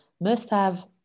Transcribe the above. must-have